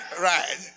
Right